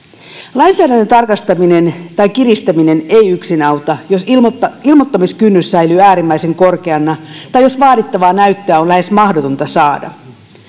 lainsäädännön tarkastaminen tai kiristäminen ei yksin auta jos ilmoittamiskynnys säilyy äärimmäisen korkeana tai jos vaadittavaa näyttöä on lähes mahdotonta saada